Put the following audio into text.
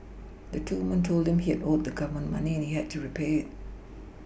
the two women told him he had owed the Government money and he had to repay it